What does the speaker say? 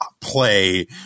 play